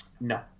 No